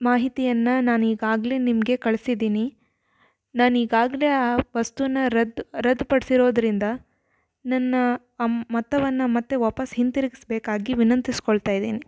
ಮಾಹಿತಿಯನ್ನು ನಾನು ಈಗಾಗಲೇ ನಿಮಗೆ ಕಳ್ಸಿದ್ದೀನಿ ನಾನು ಈಗಾಗಲೇ ಆ ವಸ್ತುನ ರದ್ದು ರದ್ದು ಪಡಿಸಿರೋದರಿಂದ ನನ್ನ ಅಮ್ ಮೊತ್ತವನ್ನು ವಾಪಸ್ ಹಿಂತಿರುಗಿಸ್ಸ್ಬೇಕಾಗಿ ವಿನಂತಿಸ್ಕೊಳ್ತಾ ಇದ್ದೀನಿ